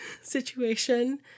situation